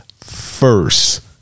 first